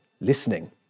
listening